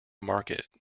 market